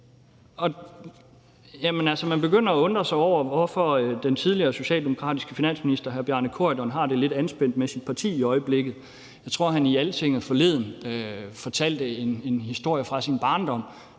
Man begynder at forstå, hvorfor den tidligere socialdemokratiske finansminister hr. Bjarne Corydon har det lidt anspændt med sit tidligere parti i øjeblikket. Jeg tror, at han i Altinget forleden fortalte en historie fra sin barndom